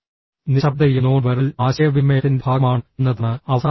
നിശബ്ദതയും non verbal ആശയവിനിമയത്തിന്റെ ഭാഗമാണ് എന്നതാണ് അവസാന പോയിന്റ്